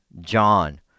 John